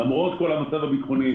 למרות המצב הביטחוני,